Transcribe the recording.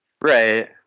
right